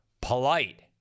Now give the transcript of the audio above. polite